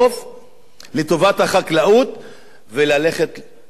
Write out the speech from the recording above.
לטובת החקלאות ולגור בהרים.